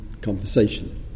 conversation